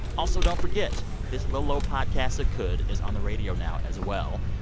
also don't forget this little ol' podcast that could is on the radio now as well.